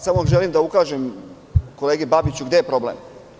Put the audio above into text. Samo želim da ukažem kolegi Babiću gde je problem.